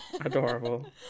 Adorable